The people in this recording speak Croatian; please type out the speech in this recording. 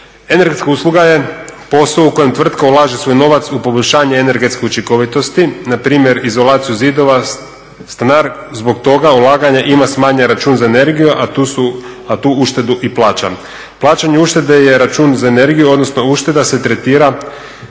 Energetska usluga je posao u kojem tvrtka ulaže svoj novac u poboljšanje energetske učinkovitosti, npr. izolaciju zidova, stanar zbog toga ulaganja ima smanjen račun za energiju, a tu uštedu i plaća. Plaćanje uštede je račun za energiju, odnosno ušteda se tretira